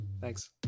Thanks